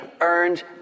earned